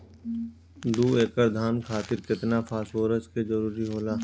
दु एकड़ धान खातिर केतना फास्फोरस के जरूरी होला?